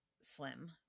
slim